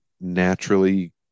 naturally